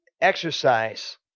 exercise